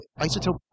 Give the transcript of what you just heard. Isotope